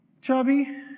chubby